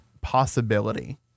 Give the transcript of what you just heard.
possibility